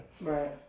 Right